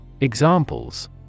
Examples